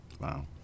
Wow